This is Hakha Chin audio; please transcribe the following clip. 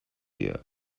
tiah